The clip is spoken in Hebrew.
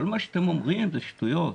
כל מה שאתם אומרים זה שטויות.